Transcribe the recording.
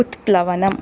उत्प्लवनम्